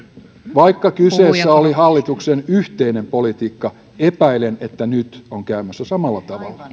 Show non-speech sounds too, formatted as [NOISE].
vaikka kyseessä oli hallituksen yhteinen politiikka epäilen että nyt on käymässä samalla tavalla [UNINTELLIGIBLE]